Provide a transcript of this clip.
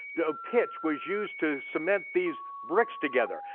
the pitch, was used to cement these bricks together.